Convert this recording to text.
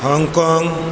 hog kong